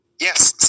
Yes